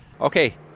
Okay